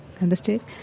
understood